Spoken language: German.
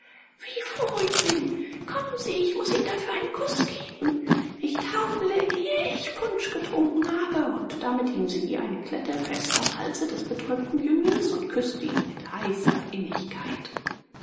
wie froh bin ich kommen sie ich muß ihnen dafür einen kuß geben ich taumle ehe ich punsch getrunken habe und damit hing sie wie eine klette fest am halse des betäubten jünglings und küßte ihn mit heißer innigkeit